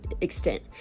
extent